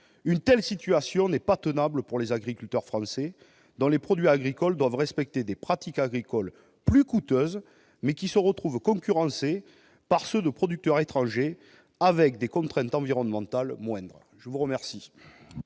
Une telle situation n'est pas tenable pour les agriculteurs français, dont les produits agricoles doivent respecter des pratiques plus coûteuses et qui se retrouvent concurrencés par ceux de producteurs étrangers dont les contraintes environnementales sont moindres. La parole